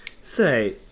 Say